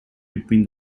between